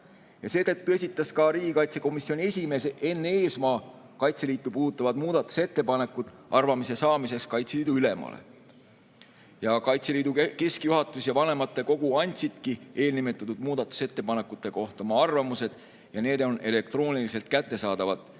esitas riigikaitsekomisjoni esimees Enn Eesmaa Kaitseliitu puudutavad muudatusettepanekud arvamuse saamiseks Kaitseliidu ülemale. Kaitseliidu keskjuhatus ja vanematekogu andsidki eelnimetatud muudatusettepanekute kohta oma arvamused ja need on elektrooniliselt kättesaadavad